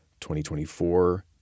2024